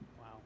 Wow